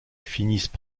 finissent